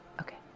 okay